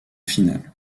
finale